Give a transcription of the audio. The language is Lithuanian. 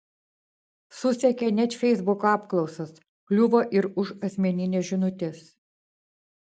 susekė net feisbuko apklausas kliuvo ir už asmenines žinutes